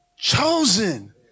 Chosen